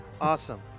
Awesome